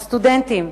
הסטודנטים,